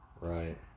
Right